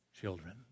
children